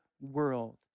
world